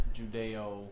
Judeo